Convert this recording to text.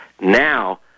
Now